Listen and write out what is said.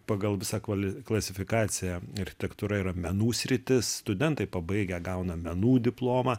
pagal visą kvali klasifikaciją architektūra yra menų sritis studentai pabaigę gauna menų diplomą